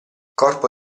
corpo